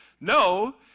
no